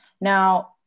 now